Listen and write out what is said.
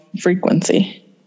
frequency